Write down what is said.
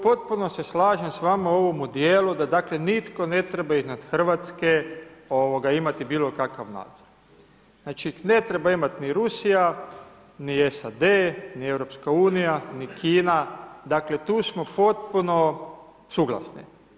Potpuno se slažem s vama u ovome dijelu, da nitko ne treba iznad Hrvatske imati bilo kakav … Znači ne treba imati ni Rusija, ni SAD, ni EU, ni Kina, dakle, tu smo potpuno suglasni.